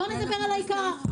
בואו נדבר על העיקר.